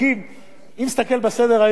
להוציא אילן גילאון,